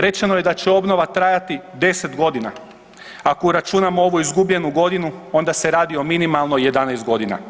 Rečeno je da će obnova trajati 10 godina, ako računamo ovu izgubljenu godinu onda se radi o minimalno 11 godina.